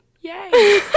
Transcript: Yay